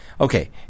okay